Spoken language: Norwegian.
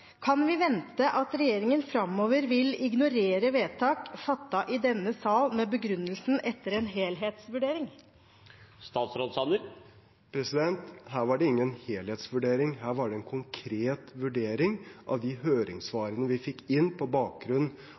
Kan vi vente at regjeringen framover vil ignorere vedtak fattet i denne sal med begrunnelsen «etter en helhetsvurdering»? Her var det ingen helhetsvurdering, her var det en konkret vurdering av de høringssvarene vi fikk inn på bakgrunn